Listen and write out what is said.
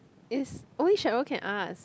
it's only Cheryl can ask